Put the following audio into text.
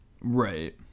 Right